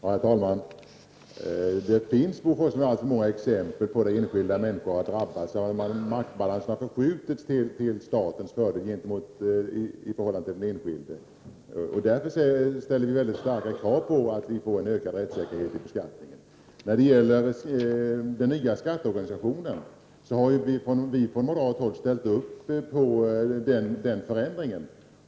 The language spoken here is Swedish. Herr talman! Det finns alltför många exempel på att enskilda människor har drabbats. Maktbalansen har förskjutits till statens fördel i förhållande till den enskilde. Därför ställer vi väldigt stora krav på ökad rättssäkerhet i fråga om beskattningen. Vi moderater har ställt upp på förändringen i skatteorganisationen.